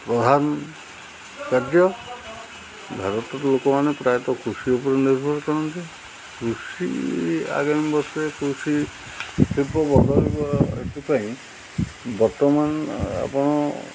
ପ୍ରଧାନ କାର୍ଯ୍ୟ ଭାରତର ଲୋକମାନେ ପ୍ରାୟତଃ କୃଷି ଉପରେ ନିର୍ଭର କରନ୍ତି କୃଷି ଆଗାମୀ ବର୍ଷରେ କୃଷି ଶିଳ୍ପ ପାଇଁ ବର୍ତ୍ତମାନ ଆପଣ